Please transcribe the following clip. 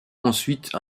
ensuite